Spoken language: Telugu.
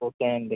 ఓకే అండి